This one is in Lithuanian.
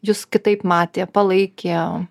jūs kitaip matė palaikė